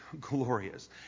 glorious